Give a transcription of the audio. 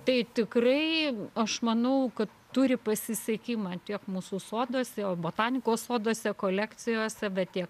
tai tikrai aš manau kad turi pasisekimą tiek mūsų soduose o botanikos soduose kolekcijose tiek